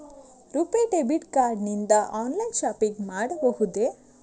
RuPay debit card ನಿಂದ online shopping ಮಾಡಬಹುದೇ?